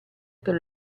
per